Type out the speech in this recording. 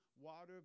water